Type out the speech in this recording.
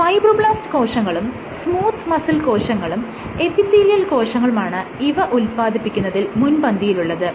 fibroblast കോശങ്ങളും smooth muscle കോശങ്ങളും epithelial കോശങ്ങളുമാണ് ഇവ ഉത്പാദിപ്പിക്കുന്നതിൽ മുൻപന്തിയിലുള്ളത്